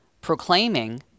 proclaiming